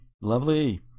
lovely